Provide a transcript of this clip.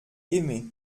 aimés